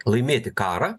laimėti karą